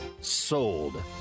sold